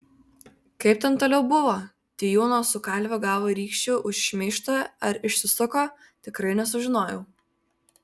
kaip ten toliau buvo tijūnas su kalviu gavo rykščių už šmeižtą ar išsisuko tikrai nesužinojau